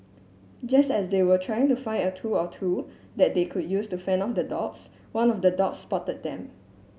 just as they were trying to find a tool or two that they could use to fend off the dogs one of the dogs spotted them